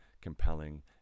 compelling